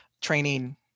training